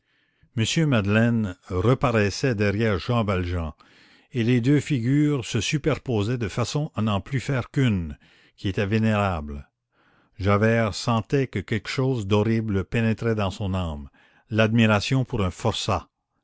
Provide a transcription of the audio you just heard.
m madeleine reparaissait derrière jean valjean et les deux figures se superposaient de façon à n'en plus faire qu'une qui était vénérable javert sentait que quelque chose d'horrible pénétrait dans son âme l'admiration pour un forçat